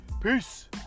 peace